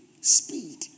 Speed